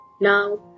Now